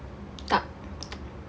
tak